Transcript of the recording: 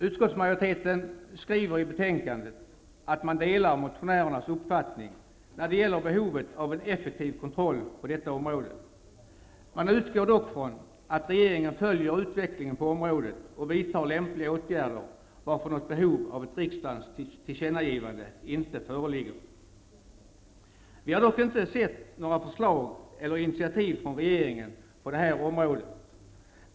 Utskottsmajoriteten skriver i betänkandet att man delar motionärernas uppfattning när det gäller behovet av en effektiv kontroll på detta område. Man utgår dock från att regeringen följer utvecklingen på området och vidtar lämpliga åtgärder, varför något behov av ett riksdagens tillkännagivande inte föreligger. Vi har dock inte sett några förslag eller initiativ från regeringen på det här området.